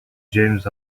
james